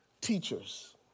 teachers